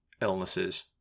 illnesses